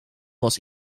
was